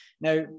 Now